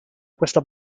questa